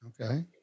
Okay